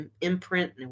imprint